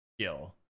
skill